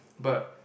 but